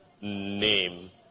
Name